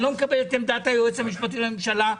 אני לא מקבל את עמדת היועץ המשפטי לממשלה.